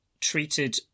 treated